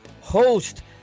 host